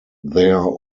their